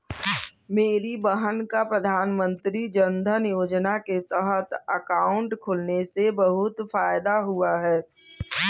मेरी बहन का प्रधानमंत्री जनधन योजना के तहत अकाउंट खुलने से बहुत फायदा हुआ है